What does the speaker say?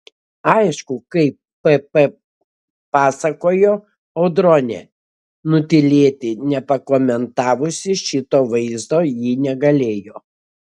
aišku kaip pp pasakojo audronė nutylėti nepakomentavusi šito vaizdo ji negalėjo